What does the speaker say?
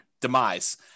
demise